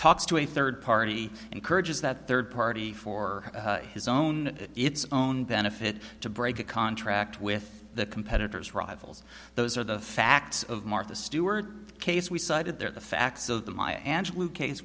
talks to a third party encourages that third party for his own its own benefit to break a contract with the competitors rivals those are the facts of martha stewart case we cited there the facts of the maya angelou case